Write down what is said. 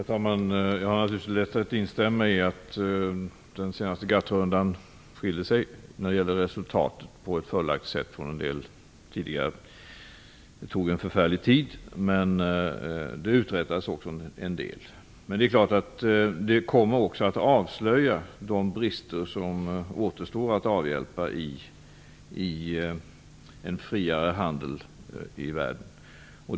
Herr talman! Jag har naturligtvis lätt att instämma i att den senaste GATT-rundan i sitt resultat skilde sig på ett fördelaktigt sätt gentemot de tidigare. Det tog en förfärlig tid, men det uträttades också en del. Det kommer också att avslöja en del av de brister som återstår att avhjälpa en friare handel i världen.